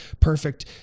perfect